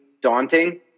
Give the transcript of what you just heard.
daunting